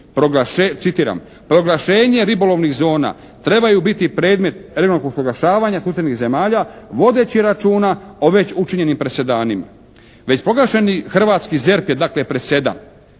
"Proglašenje ribolovnih zona trebaju biti predmet …/Govornik se ne razumije./… usaglašavanja susjednih zemalja vodeći računa o već učinjenim presedanima." Već proglašeni hrvatski ZERP je dakle, presedan